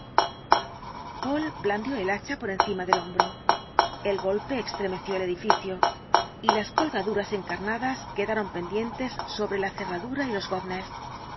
blandió el hacha por encima del hombro el golpe extremeció el edificio y las colgaduras encarnadas quedaron pendientes sobre la cerradura y los goznes